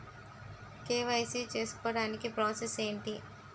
KYC చేసుకోవటానికి process ఏంటి?